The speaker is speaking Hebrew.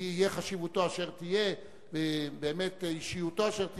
תהיה חשיבותו אשר תהיה, ובאמת אישיותו אשר תהיה,